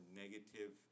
negative